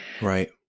Right